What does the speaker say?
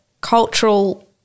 cultural